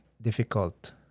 difficult